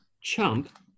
Chump